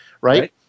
right